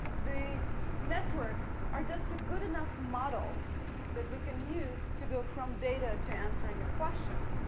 the networks are just a good enough model that we can use to go from data to answering a question.